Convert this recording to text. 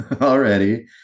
already